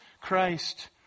Christ